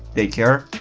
take care,